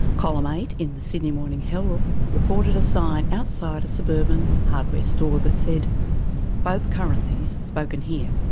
column eight in the sydney morning herald reported a sign outside a suburban hardware store that said both currencies spoken here.